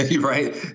right